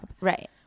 Right